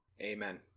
Amen